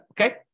Okay